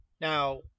Now